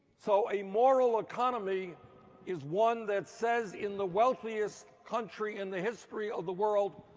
so a moral economy is one that says in the wealthiest country in the history of the world,